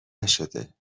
نشده